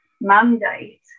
mandate